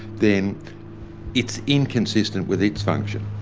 then it's inconsistent with its function.